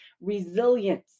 resilience